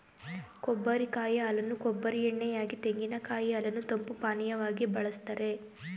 ಕೊಬ್ಬರಿ ಕಾಯಿ ಹಾಲನ್ನು ಕೊಬ್ಬರಿ ಎಣ್ಣೆ ಯಾಗಿ, ತೆಂಗಿನಕಾಯಿ ಹಾಲನ್ನು ತಂಪು ಪಾನೀಯವಾಗಿ ಬಳ್ಸತ್ತರೆ